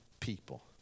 people